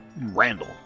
Randall